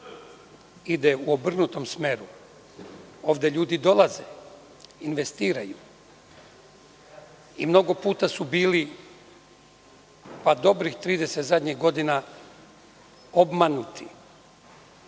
ide u obrnutom smeru. Ovde ljudi dolaze, investiraju i mnogo puta su bili, pa dobrih zadnjih 30 godina, obmanuti.